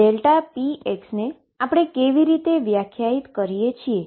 px ને આપણે કેવી રીતે વ્યાખ્યાયિત કરીએ છીએ